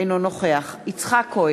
אינו נוכח יצחק כהן,